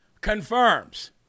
confirms